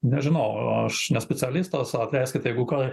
nežinau aš ne specialistas atleiskit jeigu ką